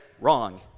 Wrong